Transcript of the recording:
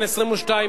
ובכן, 22 בעד,